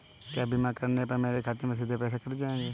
क्या बीमा करने पर मेरे खाते से सीधे पैसे कट जाएंगे?